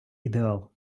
ідеал